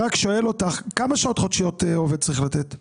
כמה שעות חודשיות עובד צריך לתת?